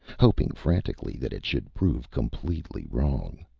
hoping frantically that it should prove completely wrong.